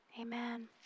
Amen